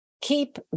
Keep